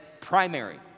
primary